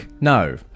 No